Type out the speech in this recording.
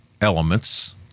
elements